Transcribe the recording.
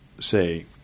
say